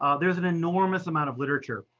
um there's an enormous amount of literature,